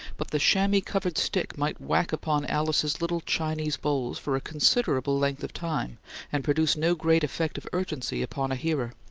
but the chamois-covered stick might whack upon alice's little chinese bowls for a considerable length of time and produce no great effect of urgency upon a hearer,